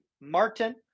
Martin